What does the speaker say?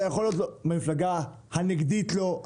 אתה יכול להיות מהמפלגה הנגדית לו,